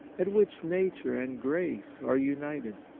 at which nature and grace are united.